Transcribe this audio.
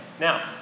Now